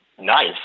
nice